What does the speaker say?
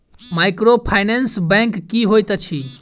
Microfinance bank की होइत अछि?